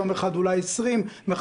יום אחר אומרים אולי: 20 איש.